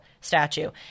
statue